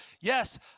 Yes